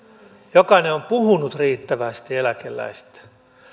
jokainen on puhunut riittävästi eläkeläisistä